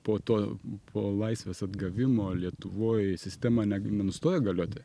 po to po laisvės atgavimo lietuvoj sistema ne nenustojo galioti